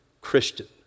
Christian